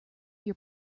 your